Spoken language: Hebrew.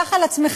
קח על עצמך,